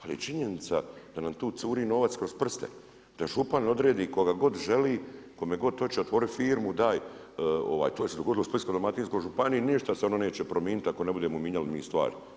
Ali je činjenica da nam tu curi novac kroz prste, da župan odredi koga god želi, kome god hoće otvoriti firmu, to se dogodilo Splitsko-dalmatinskoj županiji, ništa se ono neće promijeniti ako ne budemo mijenjali mi stvari.